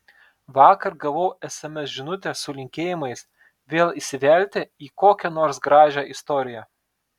vakar gavau sms žinutę su linkėjimais vėl įsivelti į kokią nors gražią istoriją